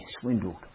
swindled